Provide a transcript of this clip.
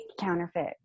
counterfeit